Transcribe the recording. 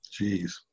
Jeez